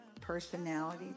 personality